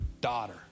daughter